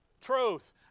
Truth